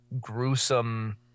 gruesome